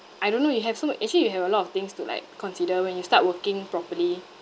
I don't know you have so ma~ actually you have a lot of things to like consider when you start working properly